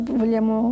vogliamo